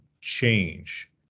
change